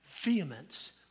vehemence